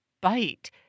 bite